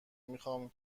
میخوام